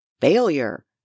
Failure